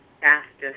fastest